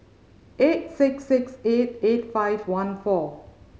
eight six six eight eight five one four